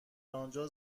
انجا